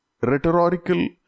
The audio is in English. rhetorical